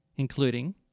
including